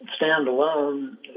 standalone